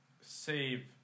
save